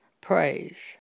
praise